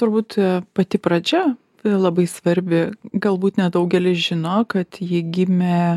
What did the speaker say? turbūt pati pradžia labai svarbi galbūt nedaugelis žino kad ji gimė